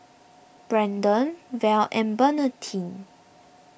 Brandon Val and Bernardine